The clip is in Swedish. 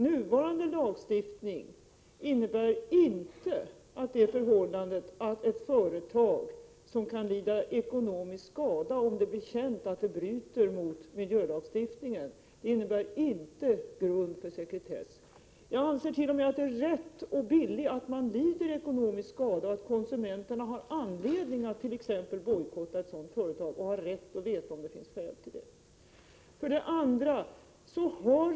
Nuvarande lagstiftning innebär inte att det förhållandet att ett företag kan lida ekonomisk skada om det blir känt att det bryter mot miljölagstiftningen utgör någon grund för sekretess. Jag anser t.o.m. att det är rätt och billigt att företaget lider ekonomisk skada, att konsumenterna har anledning attt.ex. bojkotta ett sådant företag och att de har rätt att veta om det finns skäl för det. 2.